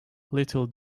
little